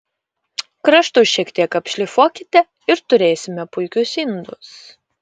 kraštus šiek tiek apšlifuokite ir turėsime puikius indus